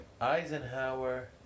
Eisenhower